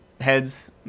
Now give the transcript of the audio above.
heads